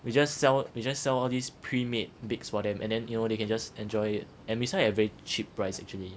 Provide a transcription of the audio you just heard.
we just sell we just sell of these pre made bakes for them and then you know they can just enjoy it and we sell it at a very cheap price actually